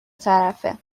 طرفه